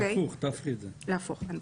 תהפכי את הסדר.